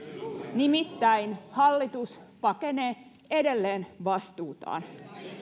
nimittäin hallitus pakenee edelleen vastuutaan